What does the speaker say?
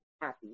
happy